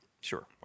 Sure